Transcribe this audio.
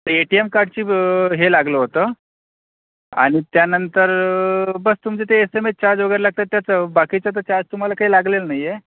ते A T M कार्डची हे लागलं होतं आणि त्यानंतर बस तुमचं ते एस एम एस चार्ज वगैरे लागतात त्याचं बाकीचं तर चार्ज तुम्हाला काही लागलेला नाही आहे